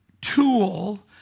tool